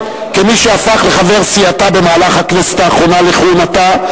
כמי שהפך לחבר סיעתה במהלך הכנסת האחרונה לכהונתה,